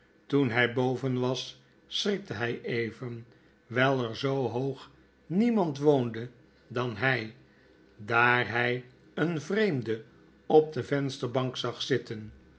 toen hg boven was schrikte hg even wgl er zoo hoogniemand woonde dan hg daar hij een vreemde op de vensterbank zag zitten